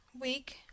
week